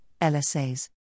LSAs